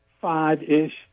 five-ish